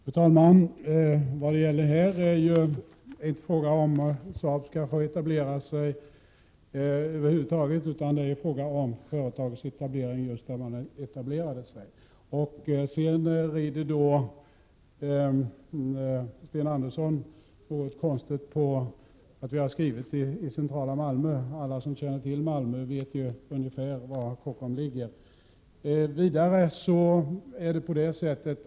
Fru talman! Vad det gäller här är inte frågan om Saab skall få etablera sig över huvud taget, utan det är fråga om företagets etablering just där det har etablerat sig. Sten Andersson i Malmö rider på något konstigt sätt på att vi har skrivit i reservationen att etableringen skett i centrala Malmö. Alla som känner till Malmö vet ungefär var Kockumsområdet ligger.